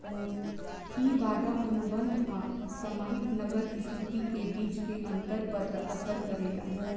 इ वादा अनुबंध आ समाहित नगद स्थिति के बीच के अंतर पर असर करेला